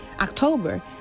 October